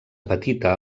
petita